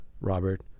Robert